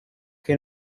che